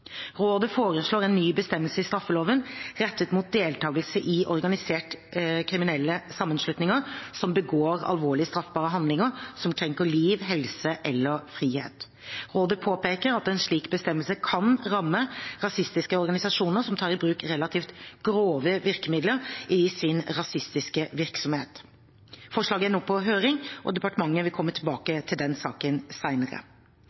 Rådet foreslår en ny bestemmelse i straffeloven, rettet mot deltakelse i organiserte kriminelle sammenslutninger som begår alvorlige straffbare handlinger som krenker liv, helse eller frihet. Rådet påpeker at en slik bestemmelse kan ramme rasistiske organisasjoner som tar i bruk relativt grove virkemidler i sin rasistiske virksomhet. Forslaget er nå på høring, og departementet vil komme tilbake